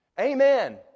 Amen